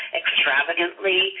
extravagantly